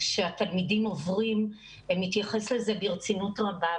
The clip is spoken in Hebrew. שהתלמידים עוברים ומתייחס לזה ברצינות רבה,